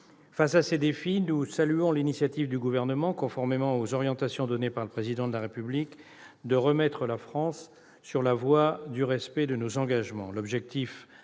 Face à ces défis, nous saluons l'initiative du Gouvernement, conformément aux orientations données par le Président de la République, de remettre la France sur la voie du respect de nos engagements.